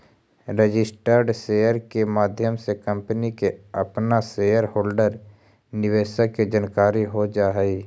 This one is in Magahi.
रजिस्टर्ड शेयर के माध्यम से कंपनी के अपना शेयर होल्डर निवेशक के जानकारी हो जा हई